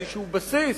איזה בסיס,